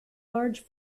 large